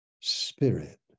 Spirit